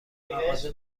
مغازه